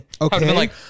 okay